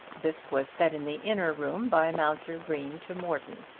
this was said in the inner room by mounser green to morton,